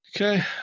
Okay